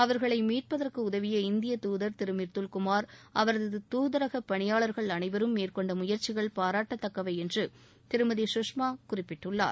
அவர்களை மீட்பதற்கு உதவிய இந்திய துதர் திரு மிர்துல் குமார் அவரது துதரக பணியாளர்கள் அனைவரும் மேற்கொண்ட முயற்சிகள் பாராட்டத்தக்கவை என்று திருமதி சுஷ்மா கூறியுள்ளார்